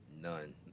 None